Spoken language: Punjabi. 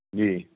ਜੀ